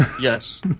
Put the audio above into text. yes